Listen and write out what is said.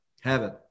heaven